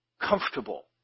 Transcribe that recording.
comfortable